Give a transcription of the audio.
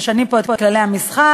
משנים פה את כללי המשחק